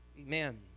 Amen